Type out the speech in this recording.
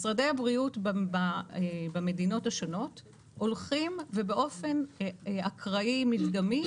משרדי הבריאות במדינות השונות הולכים ובאופן אקראי מדגמי